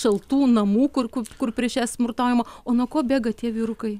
šaltų namų kur kur kur prieš jas smurtaujama o nuo ko bėga tie vyrukai